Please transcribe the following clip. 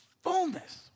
fullness